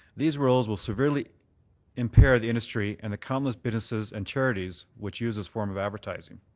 these rules will severely impair the industry and the countless businesses and charities which use this form of advertising